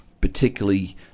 particularly